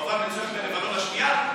הוא עבד מצוין בלבנון השנייה,